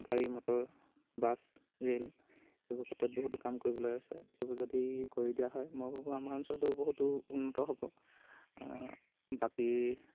গাড়ী motor bus rail এইবোৰ ক্ষেত্ৰত বহুতো কাম কৰিবলৈ আছে এইবোৰ যদি কৰি দিয়া হয় মই ভাবোঁ আমাৰ অঞ্চলটো বহুতো উন্নত হ'ব বাকী